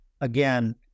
again